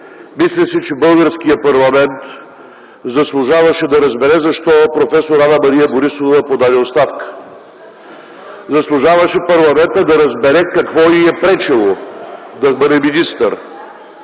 Мисля си, че българският парламент заслужаваше да разбере защо проф. Анна-Мария Борисова подаде оставка. Заслужаваше парламентът да разбере какво й е пречело да бъде министър,